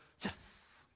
yes